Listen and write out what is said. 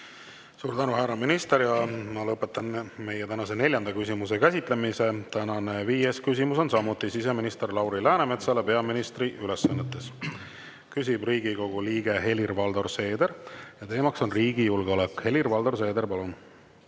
Suur tänu, härra minister! Lõpetan meie tänase neljanda küsimuse käsitlemise. Tänane viies küsimus on samuti siseminister Lauri Läänemetsale peaministri ülesannetes. Küsib Riigikogu liige Helir-Valdor Seeder ja teema on riigi julgeolek. Helir-Valdor Seeder, palun!